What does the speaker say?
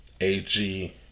AG